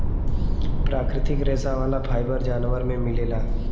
प्राकृतिक रेशा वाला फाइबर जानवर में मिलेला